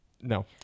No